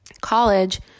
college